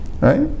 Right